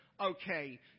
okay